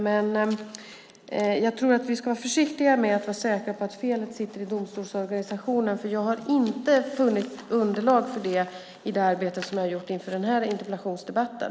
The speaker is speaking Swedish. Men vi ska vara försiktiga med att säga att felet sitter i domstolsorganisationen, för jag har inte funnit underlag för det i det arbete jag gjort inför den här interpellationsdebatten.